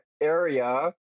area